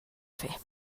fer